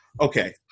Okay